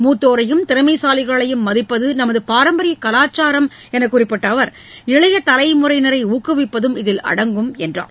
மூத்தோரையும் திறமைசாலிகளையும் மதிப்பது நமது பாரம்பரிய கவாச்சாரம் என்று கூறிய அவர் இளைய தலைமுறையினரை ஊக்குவிப்பதும் இதில் அடங்கும் என்று தெரிவித்தார்